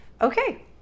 okay